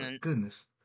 Goodness